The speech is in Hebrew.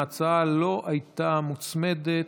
ההצעה לא הייתה מוצמדת,